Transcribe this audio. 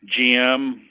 GM